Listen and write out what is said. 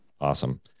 Awesome